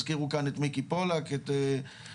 הזכירו כאן מיקי פולק ואחרים.